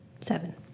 Seven